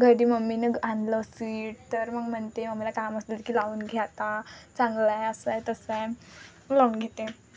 घरी ती मम्मीनं आणलं सीड तर मग म्हणते आम्हाला काम असलं की लावून घ्या आता चांगला आहे असं आहे तसं आहे लावून घेते